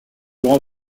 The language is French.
grands